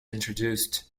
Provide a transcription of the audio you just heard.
introduced